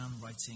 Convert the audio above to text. writing